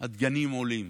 הדגנים עולים.